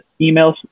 emails